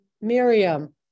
Miriam